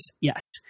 yes